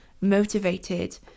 motivated